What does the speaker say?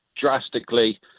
drastically